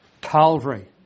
Calvary